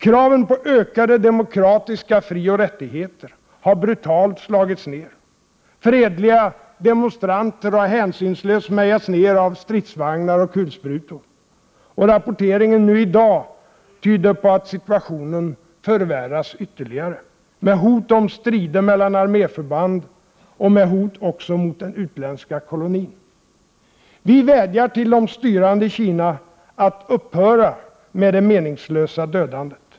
Kraven på ökade demokratiska frioch rättigheter har brutalt slagits ned. Fredliga demonstranter har hänsynslöst mejats ner av stridsvagnar och kulsprutor. Och rapporteringen nu i dag tyder på att situationen förvärras ytterligare, med hot om strider mellan arméförband och med hot också mot den utländska kolonin. Vi vädjar till de styrande i Kina att upphöra med det meningslösa dödandet.